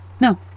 no